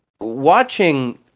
watching